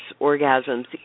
orgasms